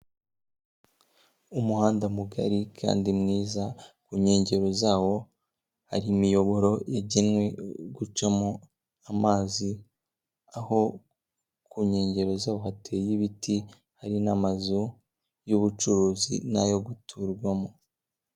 Umuhanda mugari kandi mwiza, ku nkengero zawo hari imiyoboro yagenwe gucamo amazi, aho ku nkengero zawo hateye ibiti, hari n'amazu y'ubucuruzi n'ayo guturwamo.